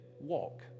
walk